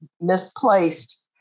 misplaced